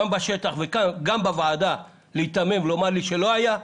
גם בשטח וגם בוועדה להיתמם ולומר לו שלא היה,